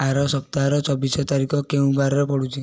ଆର ସପ୍ତାହର ଚବିଶ ତାରିଖ କେଉଁ ବାରରେ ପଡ଼ୁଛି